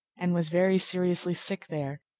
and was very seriously sick there,